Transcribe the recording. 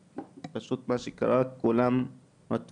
אני מרגיש שלנו בחברה הישראלית כולה יש